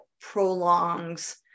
prolongs